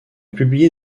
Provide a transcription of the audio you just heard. publié